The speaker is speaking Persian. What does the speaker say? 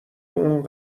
اون